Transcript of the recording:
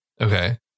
Okay